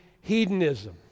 hedonism